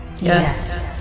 Yes